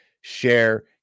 share